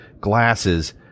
glasses